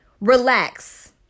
Relax